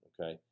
okay